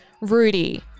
Rudy